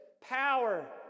power